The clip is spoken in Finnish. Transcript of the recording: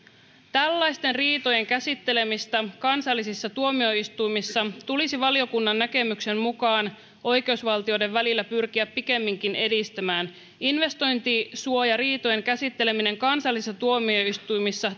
tällaisten riitojen käsittelemistä kansallisissa tuomioistuimissa tulisi valiokunnan näkemyksen mukaan oikeusvaltioiden välillä pyrkiä pikemminkin edistämään investointisuojariitojen käsittelemisen kansallisissa tuomioistuimissa